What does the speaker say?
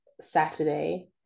Saturday